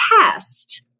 test